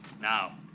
Now